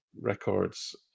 records